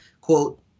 quote